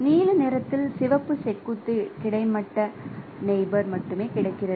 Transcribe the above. நீல நிறத்தில் சிவப்பு செங்குத்துக்கு கிடைமட்ட நெயிபோர் மட்டுமே கிடைக்கிறது